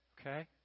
Okay